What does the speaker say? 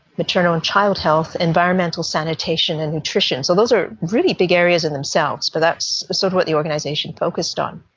maternal and child health, environmental sanitation and nutrition. so those are really big areas in themselves, but that's sort of what the organisation focused on.